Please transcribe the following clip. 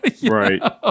Right